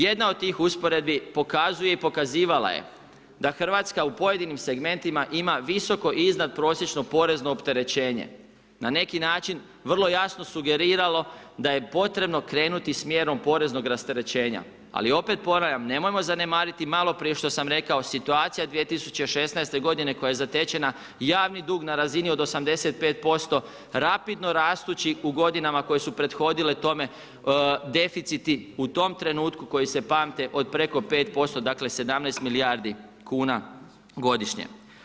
Jedna od tih usporedbi pokazuje i pokazivala je da Hrvatska u pojedinim segmentima ima visoko iznadprosječno porezno opterećenje, na neki način vrlo jasno sugeriralo da je potrebno krenuti s mjerom poreznog rasterećenja, ali opet ponavljam, nemojmo zanemariti maloprije što sam rekao situacija 2016. godine koja je zatečena i javni dug na razini od 85% rapidno rastući u godinama koje su prethodile tome, deficiti, u tom trenutku koji se pamte od preko 5%, dakle 17 milijardi kuna godišnje.